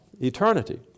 eternity